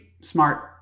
smart